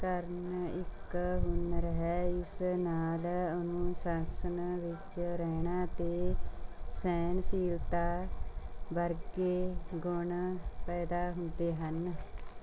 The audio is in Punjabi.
ਕਰਨ ਇੱਕ ਹੁਨਰ ਹੈ ਇਸ ਨਾਲ ਅਨੁਸ਼ਾਸਨ ਵਿੱਚ ਰਹਿਣਾ ਅਤੇ ਸਹਿਣਸ਼ੀਲਤਾ ਵਰਗੇ ਗੁਣ ਪੈਦਾ ਹੁੰਦੇ ਹਨ